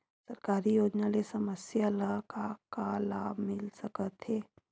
सरकारी योजना ले समस्या ल का का लाभ मिल सकते?